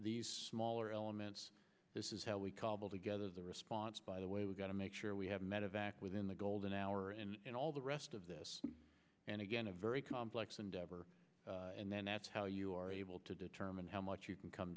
these smaller elements this is how we call them together the response by the way we've got to make sure we have medivac within the golden hour and all the rest of this and again a very complex endeavor and then that's how you are able to determine how much you can come